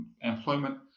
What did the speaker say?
employment